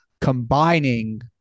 combining